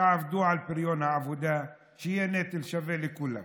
תעבדו על פריון העבודה, שיהיה נטל שווה לכולם.